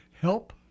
help